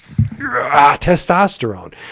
testosterone